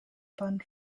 band